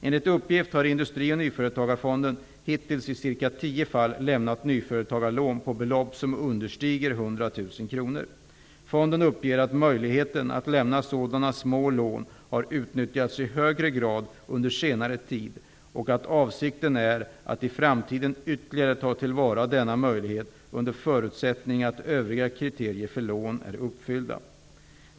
Enligt uppgift har Industri och nyföretagarfonden hittills i cirka tio fall lämnat nyföretagarlån på belopp som understiger 100 000 kr. Fonden uppger att möjligheten att lämna sådana små lån har utnyttjats i högre grad under senare tid och att avsikten är att i framtiden ytterligare ta till vara denna möjlighet under förutsättning att övriga kriterier för lån är uppfyllda.